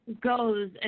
goes